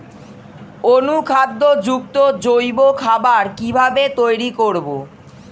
অনুখাদ্য যুক্ত জৈব খাবার কিভাবে তৈরি করব?